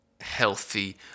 healthy